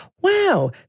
Wow